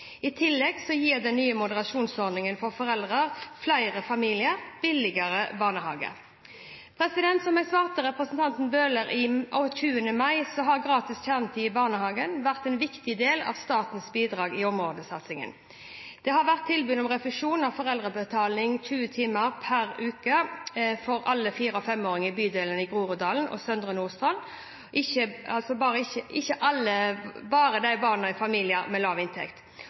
I tillegg gir den nye moderasjonsordningen for foreldrebetaling flere familier billigere barnehage. Som jeg svarte representanten Bøhler 20. mai, har gratis kjernetid i barnehagen vært en viktig del av statens bidrag i områdesatsingen. Det har vært tilbud om refusjon av foreldrebetaling 20 timer per uke for alle fire- og femåringer i bydelene i Groruddalen og i Søndre Nordstrand, altså ikke bare for barn i familier med lav inntekt.